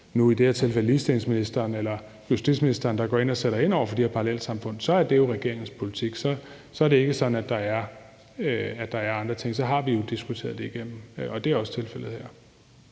nu i det her tilfælde er ligestillingsministeren eller justitsministeren, der går ind og sætter ind over for de her parallelsamfund, er det jo regeringens politik. Så er det ikke sådan, at der er andre ting. Så har vi jo diskuteret det igennem, og det er også tilfældet her.